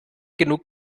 genug